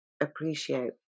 appreciate